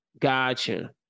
Gotcha